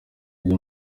byo